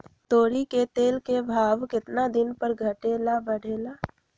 तोरी के तेल के भाव केतना दिन पर घटे ला बढ़े ला?